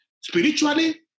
spiritually